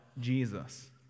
Jesus